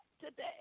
today